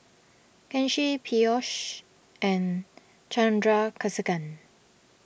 Kanshi Peyush and Chandrasekaran